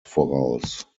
voraus